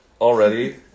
already